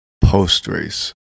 post-race